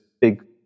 big